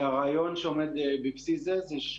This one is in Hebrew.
הרעיון שעומד בבסיס זה הוא,